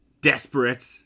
desperate